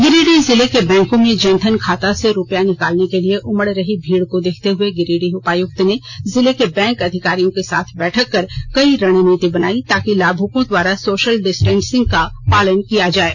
गिरिडीह जिले के बैंको में जनधन खाता से रुपया निकालने के लिए उमड़ रही भीड़ को देखते हुए गिरिडीह उपायुक्त ने जिले के बैंक अधिकारियों के साथ बैठक कर कई रणनीति बनाई ताकि लाभुकों द्वारा सोशल डिस्टेंसिंग का पालन किया जाये